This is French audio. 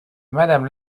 madame